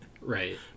Right